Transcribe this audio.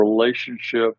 relationship